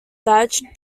badge